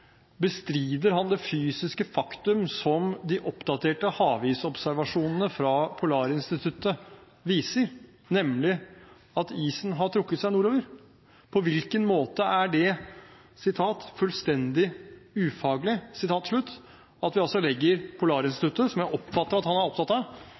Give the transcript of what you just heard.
Bestrider han det fysiske faktum som de oppdaterte havisobservasjonene fra Polarinstituttet viser, nemlig at isen har trukket seg nordover? På hvilken måte er det fullstendig ufaglig at vi legger Polarinstituttet, som jeg oppfatter at han er opptatt av,